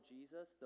Jesus